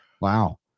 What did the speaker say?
wow